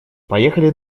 поехали